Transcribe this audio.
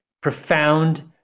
profound